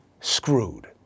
screwed